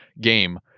game